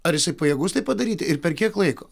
ar jisai pajėgus tai padaryti ir per kiek laiko